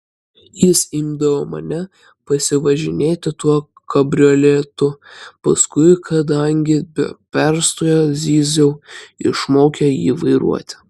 jis imdavo mane pasivažinėti tuo kabrioletu paskui kadangi be perstojo zyziau išmokė jį vairuoti